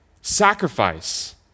sacrifice